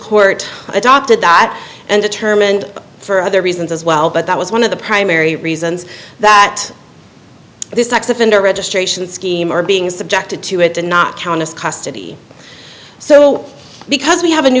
court adopted that and determined for other reasons as well but that was one of the primary reasons that this sex offender registration scheme are being subjected to it to not count us custody so because we have a new